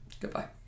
goodbye